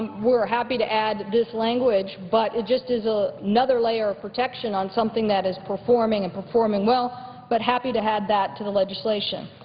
we're happy to add this language, but it just is ah another layer of protection on something that is performing and performing well, but happy to add that to the legislation.